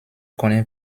connait